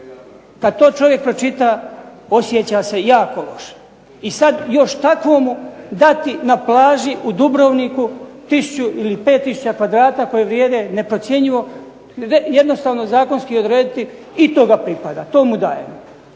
Kad to čovjek pročita osjeća se jako loše. I sad još takvomu dati na plaži u Dubrovniku tisuću ili 5 tisuća kvadrata koji vrijede neprocjenjivo, jednostavno zakonski odrediti i to ga pripada, to mu dajemo.